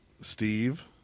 Steve